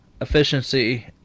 efficiency